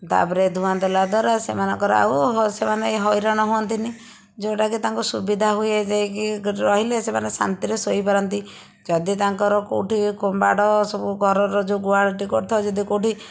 ତା'ପରେ ଧୂଆଁ ଦେଲା ଦ୍ଵାରା ସେମାନଙ୍କର ଆଉ ସେମାନେ ହଇରାଣ ହୁଅନ୍ତିନି ଯେଉଁଟାକି ତାଙ୍କୁ ସୁବିଧା ହୁଏ ଯାଇକି ରହିଲେ ସେମାନେ ଶାନ୍ତିରେ ଶୋଇପାରନ୍ତି ଯଦି ତାଙ୍କର କେଉଁଠି କୁମ୍ବାଟ ସବୁ ଘରର ଯେଉଁ ଗୁହାଳଟି କରିଥାଉ ଯଦି କେଉଁଠି